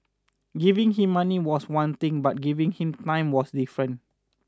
giving him money was one thing but giving him time was different